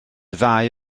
ddau